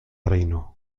reino